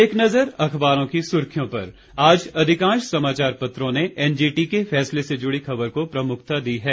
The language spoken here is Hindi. अब एक नजर अखबारों की सुर्खियों पर आज अधिकांश समाचार पत्रों ने एनजीटी के फैसले से जुड़ी खबर को प्रमुखता दी है